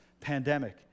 pandemic